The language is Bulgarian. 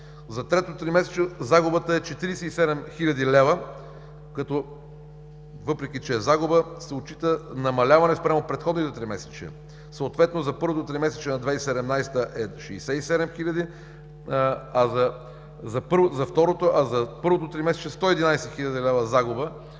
за третото тримесечие загубата е 47 хил. лв., като, въпреки че е загуба, се отчита намаляване спрямо предходните тримесечия. Съответно за първото тримесечие на 2017 г. е 67 хиляди, а за първото тримесечие – 111 хил. лв. загуба